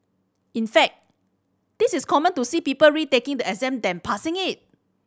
in fact this is common to see people retaking the exam than passing it